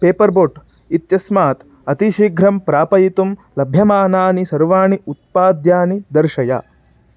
paper boat इत्यस्मात् अतिशीघ्रं प्रापयितुं लभ्यमानानि सर्वाणि उत्पाद्यानि दर्शय